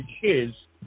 kids